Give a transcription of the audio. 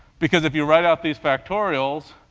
because if you write up these factorials,